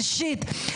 אישית,